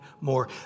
more